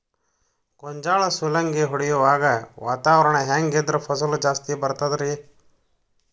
ಗೋಂಜಾಳ ಸುಲಂಗಿ ಹೊಡೆಯುವಾಗ ವಾತಾವರಣ ಹೆಂಗ್ ಇದ್ದರ ಫಸಲು ಜಾಸ್ತಿ ಬರತದ ರಿ?